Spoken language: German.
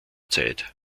zeit